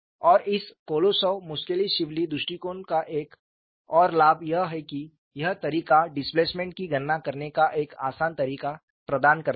और इस Kolosov Muskhelishvili दृष्टिकोण का एक और लाभ यह है कि यह तरीका डिस्प्लेसमेंट की गणना करने का एक आसान तरीका प्रदान करती है